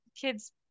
kid's